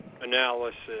analysis